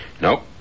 Nope